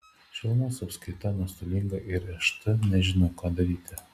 šilumos apskaita nuostolinga ir št nežino ką daryti